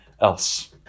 else